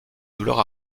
douleurs